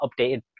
updated